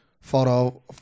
photo